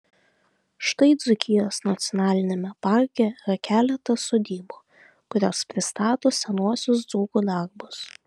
štai dzūkijos nacionaliniame parke yra keletas sodybų kurios pristato senuosius dzūkų darbus